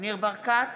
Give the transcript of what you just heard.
ניר ברקת,